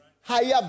higher